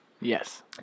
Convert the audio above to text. Yes